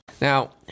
Now